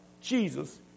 Jesus